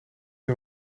ben